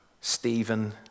Stephen